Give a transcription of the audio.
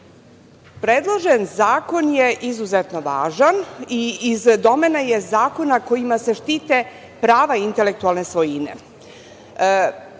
Predložen zakon je izuzetno važan i iz domena je zakona kojima se štite prava intelektualne